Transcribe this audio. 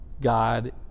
God